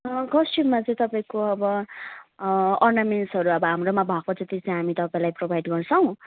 क्सट्युममा चाहिँ तपाईँको अब अर्नामेन्ट्सहरू अब हाम्रोमा भएको जति चाहिँ हामी तपाईँलाई प्रोभाइड गर्छौँ